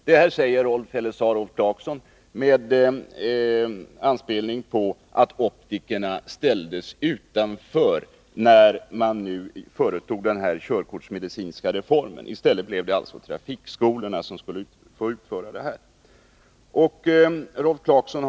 Det sade Rolf Clarkson med anspelning på att optikerna ställdes utanför när man företog denna körkortsmedicinska reform. I stället blev det trafikskolorna som skulle utföra synprövningen.